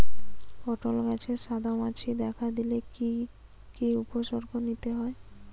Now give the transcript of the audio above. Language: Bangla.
পটল গাছে সাদা মাছি দেখা দিলে কি কি উপসর্গ নিতে হয়?